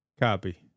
Copy